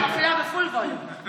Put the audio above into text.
עכשיו, אני מפעילה בפול ווליום.